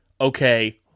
okay